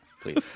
Please